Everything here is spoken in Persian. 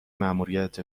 ماموریت